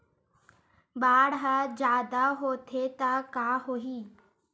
बाढ़ ह जादा होथे त का होही?